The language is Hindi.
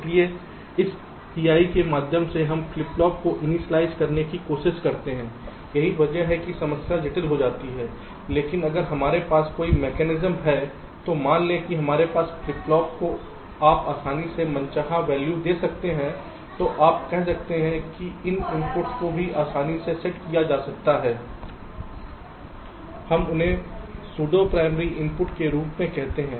इसलिए इस PI के माध्यम से हम फ्लिप फ्लॉप्स को इनिशियलाइज़ करने की कोशिश करते हैं यही वजह है कि समस्या जटिल हो जाती है लेकिन अगर हमारे पास कोई मैकेनिज़्म है तो मान लें कि हमारे पास फ्लिप फ्लॉप्स को आप आसानी से मनचाहा वॉल्यू दे सकते हैं तो आप कह सकते हैं कि इन इनपुटस को भी आसानी से सेट किया जा सकता है हम उन्हें सुडो प्राइमरी इनपुट के रूप में कहते हैं